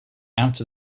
out